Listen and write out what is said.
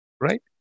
right